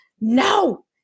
No